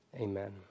amen